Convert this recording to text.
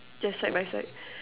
just side by side